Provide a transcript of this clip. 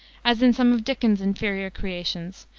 as in some of dickens's inferior creations,